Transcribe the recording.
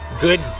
good